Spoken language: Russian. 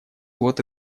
вот